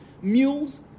mules